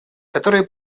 которые